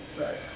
right